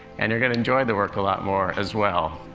and you're going to enjoy the work a lot more as well.